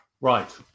Right